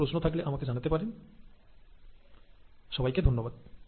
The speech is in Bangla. কোন রকম প্রশ্ন থাকলে আমাকে জানাতে পারেন সবাইকে ধন্যবাদ